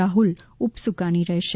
રાહુલ ઉપ સુકાની રહેશે